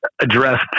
addressed